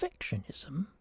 perfectionism